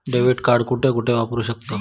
Debit card कुठे कुठे वापरू शकतव?